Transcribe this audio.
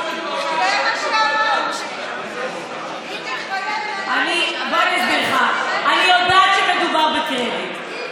לך, אני יודעת שמדובר בקרדיט.